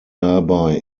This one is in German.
dabei